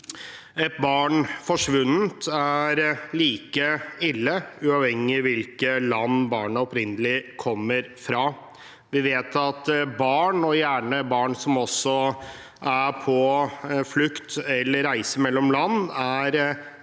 Et barn forsvunnet er like ille uavhengig av hvilket land barnet opprinnelig kommer fra. Vi vet at barn, og særlig barn som er på flukt eller reiser mellom land, er